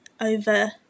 over